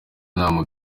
nama